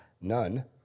None